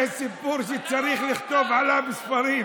זה סיפור שצריך לכתוב עליו ספרים.